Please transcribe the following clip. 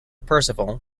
percival